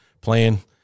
playing